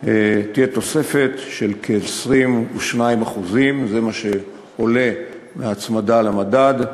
תהיה תוספת של כ-22% זה מה שעולה מההצמדה למדד,